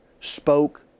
spoke